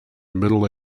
middle